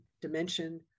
dimension